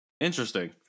Interesting